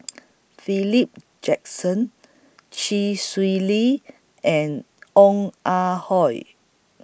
Philip Jackson Chee Swee Lee and Ong Ah Hoi